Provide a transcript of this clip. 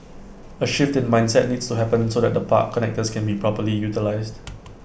A shift in mindset needs to happen so that the park connectors can be properly utilised